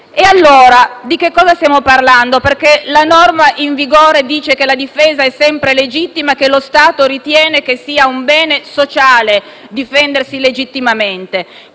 Pertanto, di cosa stiamo parlando, visto che la norma in vigore dice che la difesa è sempre legittima e che lo Stato ritiene sia un bene sociale difendersi legittimamente?